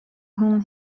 whom